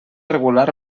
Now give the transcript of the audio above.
regular